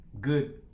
good